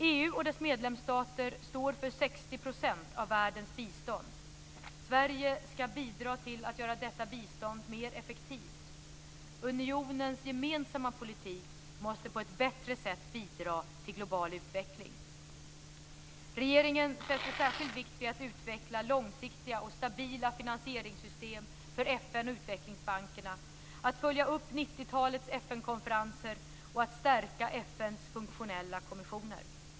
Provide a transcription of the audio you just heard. EU och dess medlemsstater står för 60 % av världens bistånd. Sverige ska bidra till att göra detta bistånd mer effektivt. Unionens gemensamma politik måste på ett bättre sätt bidra till global utveckling. Regeringen fäster särskild vikt vid att utveckla långsiktiga och stabila finansieringssystem för FN och utvecklingsbankerna, att följa upp 90-talets FN konferenser och att stärka FN:s funktionella kommissioner.